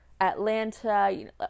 Atlanta